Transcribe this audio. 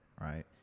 right